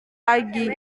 pagi